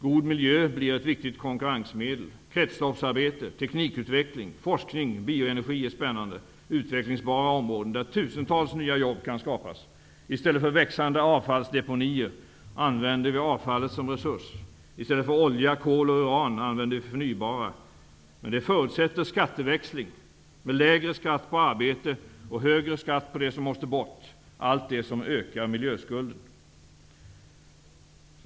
God miljö blir ett viktigt konkurrensmedel. Kretsloppsarbete, teknikutveckling, forskning och bioenergi är spännande och utvecklingsbara områden, där tusentals nya jobb kan skapas. I stället för växande avfallsdeponier används avfallet som resurs. I stället för olja, kol och uran används det förnybara. Men det förutsätter skatteväxling, som innebär lägre skatt på arbete och högre skatt på det som måste bort -- allt det som ökar miljöskulden.